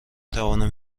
توانم